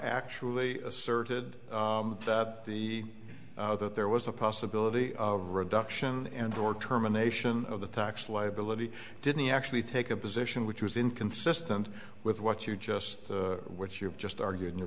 actually asserted that the that there was a possibility of reduction and or terminations of the tax liability didn't actually take a position which was inconsistent with what you just what you've just argued in your